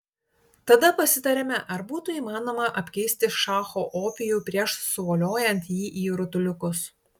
tada pasitarėme ar būtų įmanoma apkeisti šacho opijų prieš suvoliojant jį į rutuliukus